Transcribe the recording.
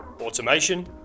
automation